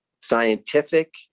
Scientific